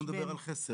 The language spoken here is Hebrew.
אני לא מדבר על חסר.